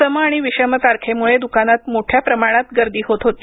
सम आणि विषम तारखेम्ळे द्कानात मोठ्या प्रमाणात गर्दी होत होती